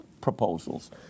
proposals